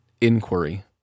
inquiry